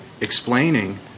explaining